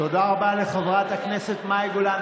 תודה רבה לחברת הכנסת מאי גולן.